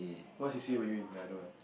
what c_c_a were you in the other one